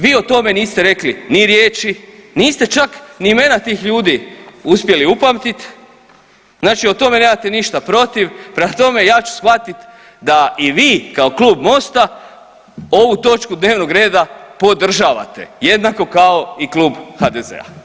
Vi o tome niste rekli ni riječi, niste čak ni imena tih ljudi uspjeli upamtiti, znači o tome nemate ništa protiv, prema tome, ja ću shvatiti da i vi kao Klub Mosta ovu točku dnevnog reda podržavate, jednako kao i Klub HDZ-a.